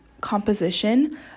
composition